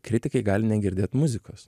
kritikai gali negirdėt muzikos